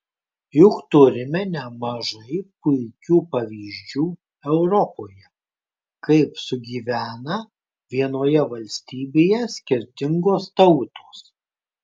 juk turime nemažai puikių pavyzdžių europoje kaip sugyvena vienoje valstybėje skirtingos tautos